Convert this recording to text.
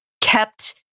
kept